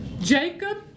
Jacob